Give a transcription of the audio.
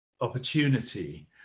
opportunity